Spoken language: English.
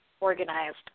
organized